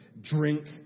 drink